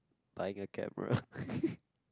buying a camera